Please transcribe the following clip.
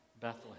Bethlehem